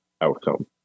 outcome